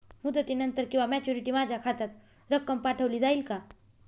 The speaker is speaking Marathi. मुदतीनंतर किंवा मॅच्युरिटी माझ्या खात्यात रक्कम पाठवली जाईल का?